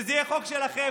שזה יהיה חוק שלכם.